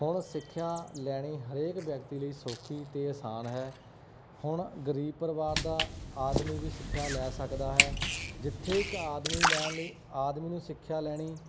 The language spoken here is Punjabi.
ਹੁਣ ਸਿੱਖਿਆ ਲੈਣੀ ਹਰੇਕ ਵਿਅਕਤੀ ਲਈ ਸੌਖੀ ਅਤੇ ਆਸਾਨ ਹੈ ਹੁਣ ਗਰੀਬ ਪਰਿਵਾਰ ਦਾ ਆਦਮੀ ਵੀ ਸਿੱਖਿਆ ਲੈ ਸਕਦਾ ਹੈ ਜਿੱਥੇ ਇੱਕ ਆਦਮੀ ਲੈਣ ਲਈ ਆਦਮੀ ਨੂੰ ਸਿੱਖਿਆ ਲੈਣੀ